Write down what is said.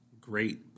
great